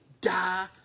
die